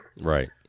right